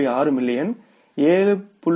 6 மில்லியனாக 7